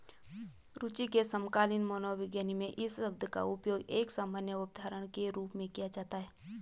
रूचि के समकालीन मनोविज्ञान में इस शब्द का उपयोग एक सामान्य अवधारणा के रूप में किया जाता है